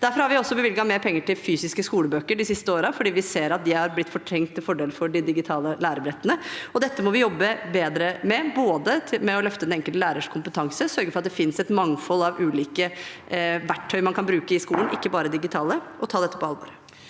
Derfor har vi også bevilget mer penger til fysiske skolebøker de siste årene, for vi ser at de har blitt fortrengt til fordel for de digitale lærebrettene. Dette må vi jobbe bedre med, både ved å løfte den enkelte lærers kompetanse og ved å sørge for at det finnes et mangfold av ulike verktøy man kan bruke i skolen, ikke bare digitale. Vi må ta dette på alvor.